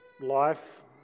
life